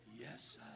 Yes